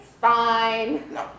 fine